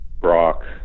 Brock